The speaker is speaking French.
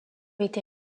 été